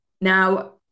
Now